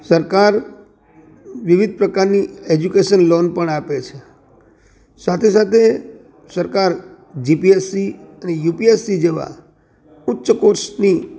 સરકાર વિવિધ પ્રકારની એજ્યુકેશન લોન પણ આપે છે સાથે સાથે સરકાર જીપીએસસી અને યુપીએસસી જેવા ઉચ્ચ કોર્સની